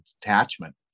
detachment